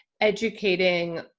educating